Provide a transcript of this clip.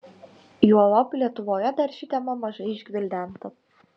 juolab lietuvoje dar ši tema mažai išgvildenta